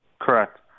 Correct